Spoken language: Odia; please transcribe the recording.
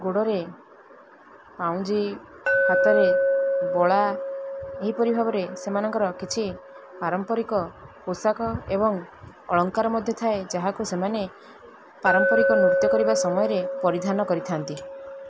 ଗୋଡ଼ରେ ପାଉଁଜି ହାତରେ ବଳା ଏହିପରି ଭାବରେ ସେମାନଙ୍କର କିଛି ପାରମ୍ପରିକ ପୋଷାକ ଏବଂ ଅଳଙ୍କାର ମଧ୍ୟ ଥାଏ ଯାହାକୁ ସେମାନେ ପାରମ୍ପରିକ ନୃତ୍ୟ କରିବା ସମୟରେ ପରିଧାନ କରିଥାନ୍ତି